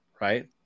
right